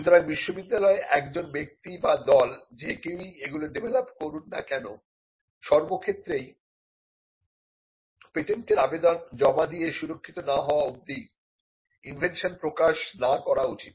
সুতরাং বিশ্ববিদ্যালয়ে একজন ব্যক্তি বা দল যে কেউই এগুলো ডেভেলপ করুন না কেন সবক্ষেত্রেই পেটেন্টের আবেদন জমা দিয়ে সুরক্ষিত না হওয়া অব্দি ইনভেনশন প্রকাশ না করা উচিত